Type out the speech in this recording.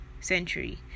century